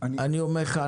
אני אומר לך,